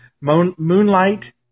Moonlight